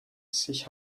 sich